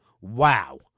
Wow